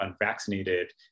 unvaccinated